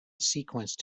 sequenced